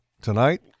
tonight